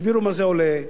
יסבירו כמה זה עולה,